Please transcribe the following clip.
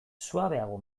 suabeago